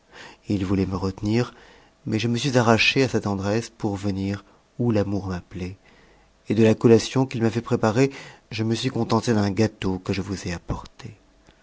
i voulait me retenir mais je me suis arraché à sa tendresse pour venir où l'amour m'appelait et de la collation qu'il m'avait préparée je me suis contenté d'un gâteau que je vous ai apporté